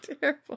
Terrible